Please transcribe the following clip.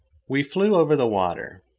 we flew over the water.